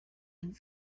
and